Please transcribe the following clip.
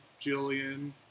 Jillian